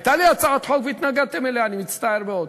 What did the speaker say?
הייתה לי הצעת חוק והתנגדתם לה, אני מצטער מאוד.